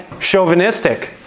chauvinistic